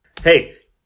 Hey